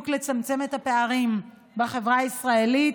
כדי לצמצם את הפערים בחברה הישראלית,